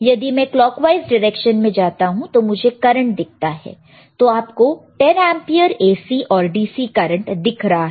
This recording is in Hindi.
यदि मैं क्लॉक वाइज डायरेक्शन में जाता हूं तो मुझे करंट दिखता है तो आप को 10 एंपियर AC और DC करंट दिख रहा है